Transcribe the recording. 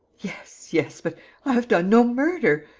yes, yes. but i have done no murder.